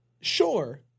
Sure